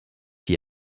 die